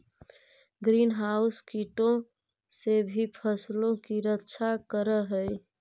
green house कीटों से भी फसलों की रक्षा करअ हई